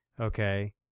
okay